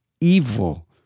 evil